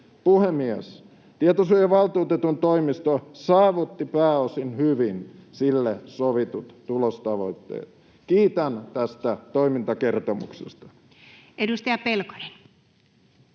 Puhemies! Tietosuojavaltuutetun toimisto saavutti pääosin hyvin sille sovitut tulostavoitteet. Kiitän tästä toimintakertomuksesta. [Speech